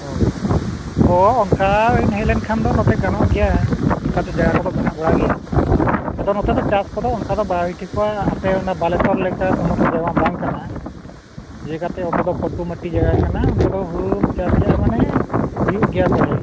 ᱦᱳᱭ ᱦᱳᱭ ᱚᱱᱠᱟ ᱵᱤᱱ ᱦᱮᱡ ᱞᱮᱱᱠᱷᱟᱱ ᱫᱚ ᱱᱚᱛᱮ ᱜᱟᱱᱚᱜ ᱜᱮᱭᱟ ᱚᱱᱠᱟ ᱫᱚ ᱡᱟᱭᱜᱟ ᱠᱚᱫᱚ ᱢᱮᱱᱟᱜ ᱜᱮᱭᱟ ᱟᱫᱚ ᱱᱚᱛᱮ ᱫᱚ ᱪᱟᱥ ᱠᱚᱫᱚ ᱚᱱᱠᱟ ᱫᱚ ᱵᱟᱭ ᱦᱩᱭᱩᱜᱼᱟ ᱟᱯᱮ ᱚᱱᱟ ᱵᱟᱞᱮᱥᱚᱨ ᱞᱮᱠᱟ ᱥᱚᱢᱚᱛᱚᱞ ᱡᱟᱭᱜᱟᱢᱟ ᱵᱟᱝ ᱠᱟᱱᱟ ᱡᱟᱭᱜᱟ ᱛᱮᱫᱚ ᱚᱱᱛᱮ ᱫᱚ ᱯᱟᱹᱛᱩ ᱢᱟᱹᱴᱤ ᱡᱟᱭᱜᱟ ᱠᱟᱱᱟ ᱚᱱᱛᱮ ᱫᱚ ᱦᱳᱲᱳᱢ ᱪᱟᱥ ᱠᱮᱜᱼᱟ ᱢᱟᱱᱮ ᱦᱩᱭᱩᱜ ᱜᱮᱭᱟ ᱵᱟᱲᱮ